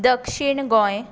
दक्षीण गोंय